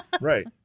right